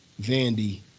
Vandy